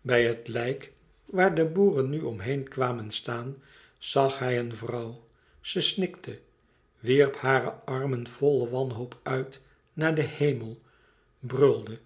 bij het lijk waar de boeren nu om heen kwamen staan zag hij een vrouw ze snikte wierp hare armen vol wanhoop uit naar den hemel brulde